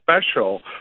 special